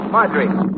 Marjorie